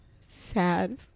sad